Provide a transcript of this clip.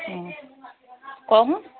অঁ কওকচোন